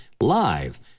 live